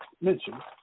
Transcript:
mention